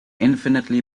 infinitely